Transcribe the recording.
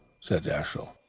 said ashiel.